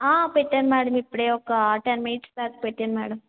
ఆ పెట్టాను మేడం ఇప్పుడే ఒక టెన్ మినిట్స్ బ్యాక్ పెట్టాను మేడం